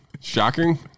Shocking